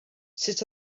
sut